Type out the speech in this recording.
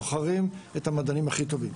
בוחרים את המדענים הכי טובים.